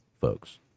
folks